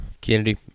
Kennedy